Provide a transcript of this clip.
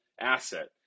asset